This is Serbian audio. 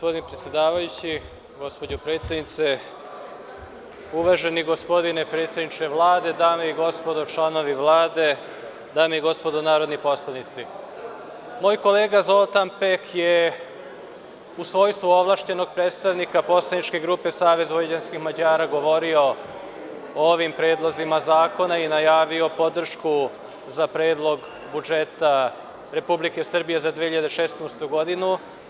Gospodine predsedavajući, gospođo predsednice, uvaženi gospodine predsedniče Vlade, dame i gospodo članovi Vlade, dame i gospodo narodni poslanici, moj kolega Zoltan Pek je u svojstvu ovlašćenog predstavnika poslaničke grupe Saveza vojvođanskih Mađara govorio o ovim predlozima zakona i najavio podršku za predlog budžeta Republike Srbije za 2016. godinu.